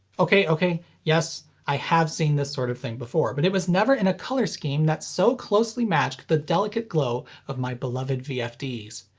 ok, ok yes i have seen this sort of thing before, but it was never in a color scheme that so closely matched the delicate glow of my beloved vfds!